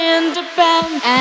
independent